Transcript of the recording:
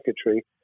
secretary